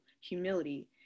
humility